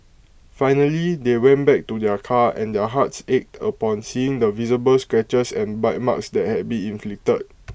finally they went back to their car and their hearts ached upon seeing the visible scratches and bite marks that had been inflicted